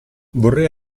vorrei